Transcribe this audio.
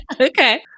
Okay